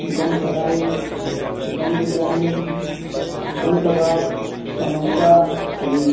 chicken fry chicken biryani chicken kebab samosa haleem